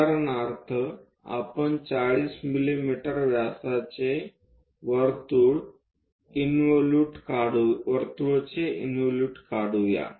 उदाहरणार्थ आपण 40 मिमी व्यासाचे वर्तुळचे इंवोलूट काढू या